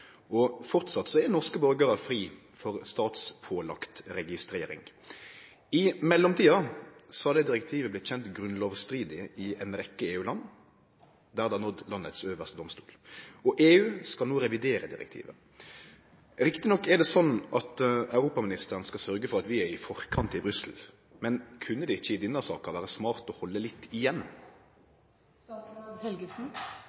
og framleis er norske borgarar fri for statspålagd registrering. I mellomtida har direktivet vorte kjent grunnlovsstridig i alle EU-land, der det har nådd landets øvste domstol, og EU skal no revidere direktivet. Vel skal statsråden sørgje for at vi er i forkant i Brussel, men kunne det ikkje i denne saka vere smart å halde litt igjen?»